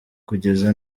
kugeza